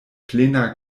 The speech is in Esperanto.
plena